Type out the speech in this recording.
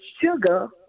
sugar